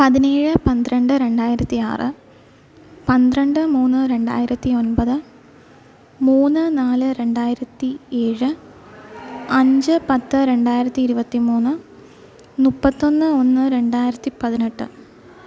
പതിനേഴ് പന്ത്രണ്ട് രണ്ടായിരത്തി ആറ് പന്ത്രണ്ട് മൂന്ന് രണ്ടായിരത്തി ഒൻപത് മൂന്ന് നാല് രണ്ടായിരത്തി ഏഴ് അഞ്ച് പത്ത് രണ്ടായിരത്തി ഇരുപത്തി മൂന്ന് മുപ്പത്തൊന്ന് ഒന്ന് രണ്ടായിരത്തി പതിനെട്ട്